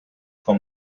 for